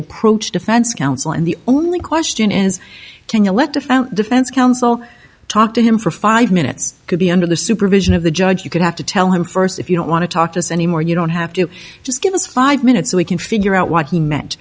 approached defense counsel and the only question is can you let a phone defense counsel talk to him for five minutes could be under the supervision of the judge you could have to tell him first if you don't want to talk to us anymore you don't have to just give us five minutes so we can figure out what he meant